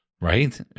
right